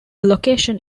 location